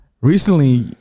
recently